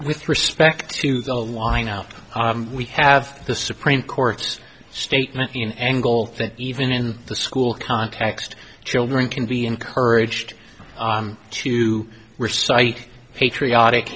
with respect to the line now we have the supreme court's statement in angle that even in the school context children can be encouraged to recite patriotic